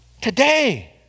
Today